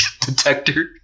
detector